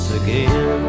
again